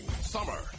summer